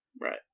Right